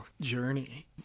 journey